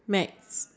okay